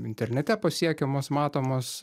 internete pasiekiamos matomos